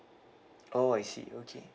oh I see okay